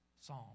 psalm